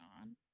on